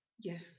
Yes